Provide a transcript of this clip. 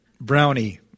brownie